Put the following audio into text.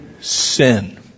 sin